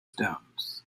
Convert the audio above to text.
stones